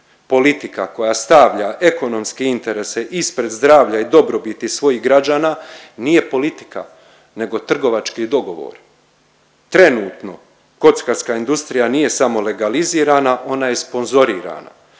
Politika koja stavlja ekonomske interese ispred zdravlja i dobrobiti svojih građana nije politika nego trgovački dogovor. Trenutno kockarska industrija nije samo legalizirana ona je sponzorirana.